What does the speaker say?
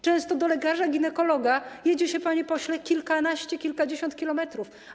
Często do lekarza ginekologa jedzie się, panie pośle, kilkanaście, kilkadziesiąt kilometrów.